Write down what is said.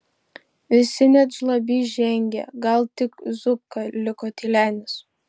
visi net žlabys žengė gal tik zupka liko tylenis